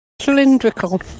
Cylindrical